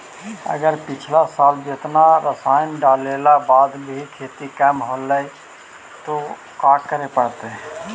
अगर पिछला साल जेतना रासायन डालेला बाद भी खेती कम होलइ तो का करे पड़तई?